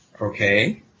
Okay